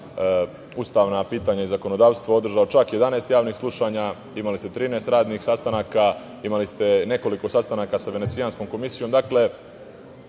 ustavna pitanja i zakonodavstvo održalo čak 11 javnih slušanja. Imali ste 13 radnih sastanaka. Imali ste nekoliko sastanaka sa Venecijanskom komisijom.